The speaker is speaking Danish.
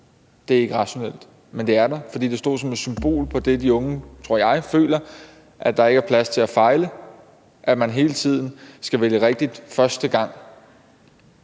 at det ikke er rationelt, men det er der. For jeg tror, det stod som et symbol på det, de unge føler, altså at der ikke er plads til at fejle, at man hele tiden skal vælge rigtigt første gang.